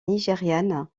nigériane